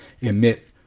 emit